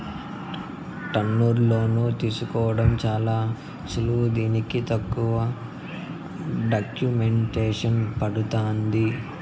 టర్ములోన్లు తీసుకోవడం చాలా సులువు దీనికి తక్కువ డాక్యుమెంటేసన్ పడతాంది